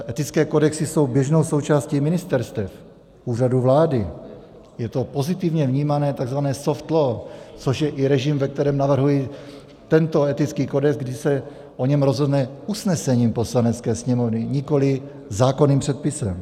Etické kodexy jsou běžnou součástí ministerstev, Úřadu vlády, je to pozitivně vnímané tzv. soft law, což je i režim, ve kterém navrhuji tento etický kodex, kdy se o něm rozhodne usnesením Poslanecké sněmovny, nikoliv zákonným předpisem.